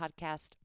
Podcast